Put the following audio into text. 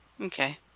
Okay